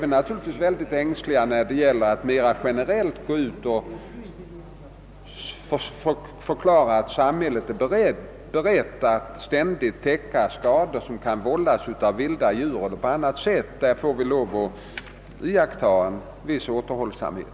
Vi är givetvis ängsliga att mera generellt förklara att samhället är berett att ständigt täcka skador som kan vållas av vilda djur eller på annat sätt. Därvidlag får vi lov att iaktta en viss återhållsamhet.